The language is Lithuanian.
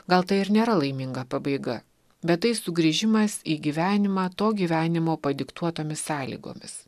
gal tai ir nėra laiminga pabaiga bet tai sugrįžimas į gyvenimą to gyvenimo padiktuotomis sąlygomis